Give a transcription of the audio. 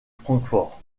francfort